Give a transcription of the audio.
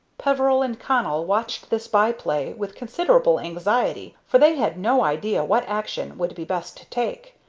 peveril and connell watched this by-play with considerable anxiety, for they had no idea what action would be best to take.